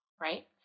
right